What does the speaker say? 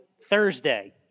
Thursday